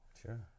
Sure